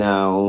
Now